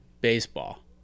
baseball